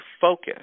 focus